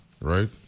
right